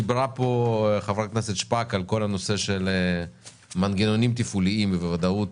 דיברה פה חברת הכנסת שפק על כל הנושא של מנגנונים תפעוליים וודאות